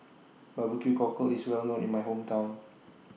Barbecue Cockle IS Well known in My Hometown